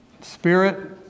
Spirit